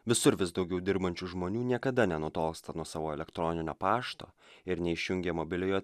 visur vis daugiau dirbančių žmonių niekada nenutolsta nuo savo elektroninio pašto ir neišjungia mobiliojo